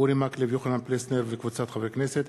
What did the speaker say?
אורי מקלב ויוחנן פלסנר וקבוצת חברי הכנסת,